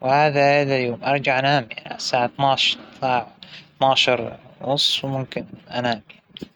هادئة ولطيفة ويوم شتوى جميل.